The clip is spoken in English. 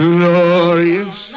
Glorious